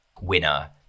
winner